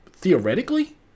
theoretically